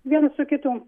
vienas su kitu